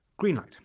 Greenlight